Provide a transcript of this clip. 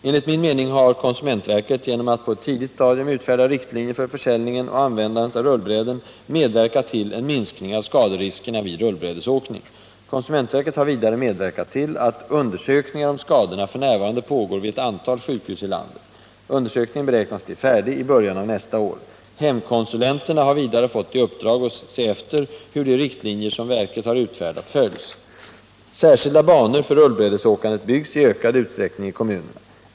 Enligt min mening har konsumentverket genom att på ett tidigt stadium utfärda riktlinjer för försäljning och användande av rullbräden medverkat till en minskning av skaderiskerna vid rullbrädesåkning. Konsumentverket har vidare medverkat till att undersökningar om skadorna f. n. pågår vid ett antal sjukhus i landet. Undersökningen beräknas bli färdig i början av nästa år. Hemkonsulenterna har vidare fått i uppdrag att se efter hur de riktlinjer som verket har utfärdat följs. Särskilda banor för rullbrädesåkandet byggs i ökad utsträckning i kommu 111 nerna.